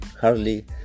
hardly